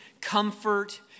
comfort